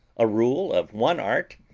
a rule of one art,